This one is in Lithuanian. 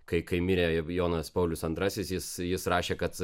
kai kai mirė jonas paulius antrasis jis jis rašė kad